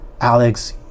Alex